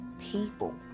people